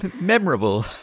memorable